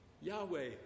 Yahweh